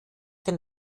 den